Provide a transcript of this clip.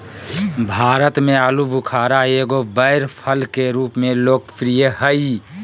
भारत में आलूबुखारा एगो बैर फल के रूप में लोकप्रिय हइ